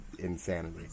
insanity